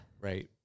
Right